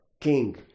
King